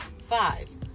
Five